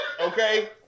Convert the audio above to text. Okay